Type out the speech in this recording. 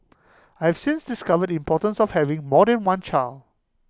I have since discovered the importance of having more than one child